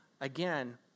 again